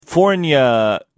California